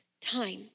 time